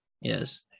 yes